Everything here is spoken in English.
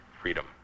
freedom